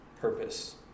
purpose